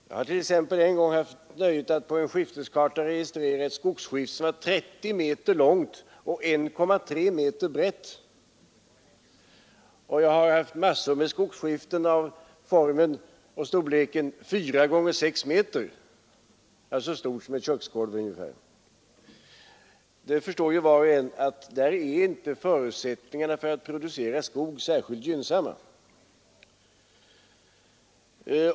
Jag har t.ex. en gång haft nöjet att på en skifteskarta registrera ett skogsskifte som var 30 meter långt och 1,3 meter brett. Jag har haft massor med skogsskiften av storleken fyra gånger sex meter — ungefär lika stort som ett köksgolv. Det förstår var och en att förutsättningarna att producera där inte är särskilt gynnsamma.